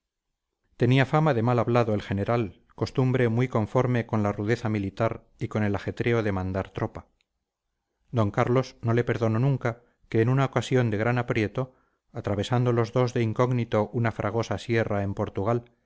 tenía fama de mal hablado el general costumbre muy conforme con la rudeza militar y con el ajetreo de mandar tropa don carlos no le perdonó nunca que en una ocasión de gran aprieto atravesando los dos de incógnito una fragosa sierra en portugal